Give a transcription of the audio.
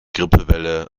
grippewelle